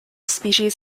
species